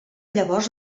llavors